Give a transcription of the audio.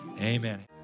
Amen